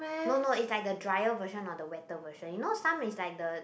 no no it's like the drier version or the wetter version you know some is like the